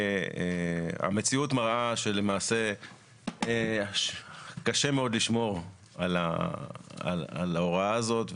המציאות מראה שקשה מאוד לשמור על ההוראה הזאת.